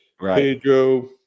Pedro